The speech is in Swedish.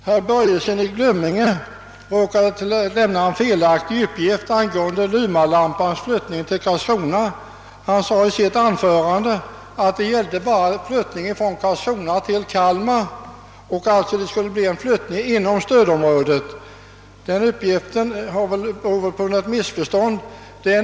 Herr Börjesson i Glömminge råkade lämna en felaktig uppgift angående Lumalampans flyttning till Karlskrona. Han sade att det bara gällde en flyttning från Karlskrona till Kalmar, alltså en flyttning inom stödområdet. Den uppgiften torde bero på ett missförstånd.